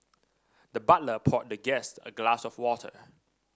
the butler poured the guest a glass of water